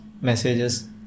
Messages